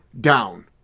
down